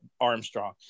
Armstrong –